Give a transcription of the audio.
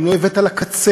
אם לא הבאת לקצה,